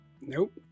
Nope